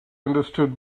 understood